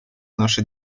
nasze